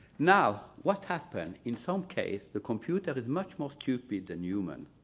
now, what happened in some case the computer is much more stupid than human.